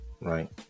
Right